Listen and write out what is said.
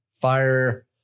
fire